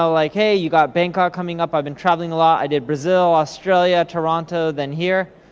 ah like hey, you've got bangkok coming up. i've been traveling a lot. i did brazil, australia, toronto, then here,